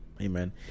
Amen